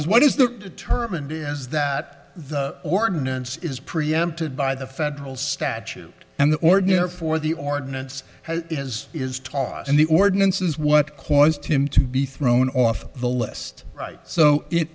is what is the determined it is that the ordinance is preempted by the federal statute and the ordinary for the ordinance is is taught in the ordinance is what caused him to be thrown off the list right so it